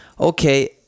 Okay